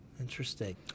Interesting